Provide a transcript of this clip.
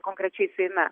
konkrečiai seime